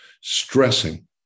stressing